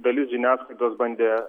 dalis žiniasklaidos bandė